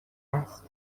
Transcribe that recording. است